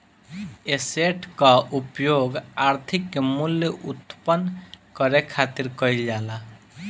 asset कअ उपयोग आर्थिक मूल्य उत्पन्न करे खातिर कईल जाला